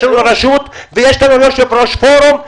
יש לנו רשות ויש כאן יושב-ראש פורום,